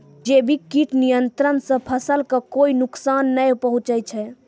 जैविक कीट नियंत्रण सॅ फसल कॅ कोय नुकसान नाय पहुँचै छै